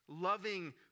loving